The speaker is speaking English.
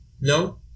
No